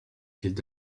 quelle